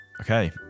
Okay